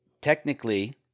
Technically